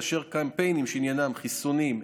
וקמפיינים שעניינם חיסונים,